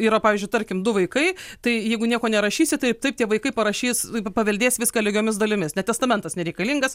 yra pavyzdžiui tarkim du vaikai tai jeigu nieko nerašysi tai taip tie vaikai parašys paveldės viską lygiomis dalimis net testamentas nereikalingas